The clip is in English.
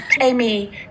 Amy